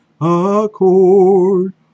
accord